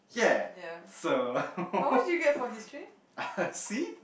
yeah so uh C